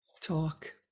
talk